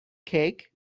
cake